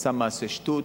עשה מעשה שטות,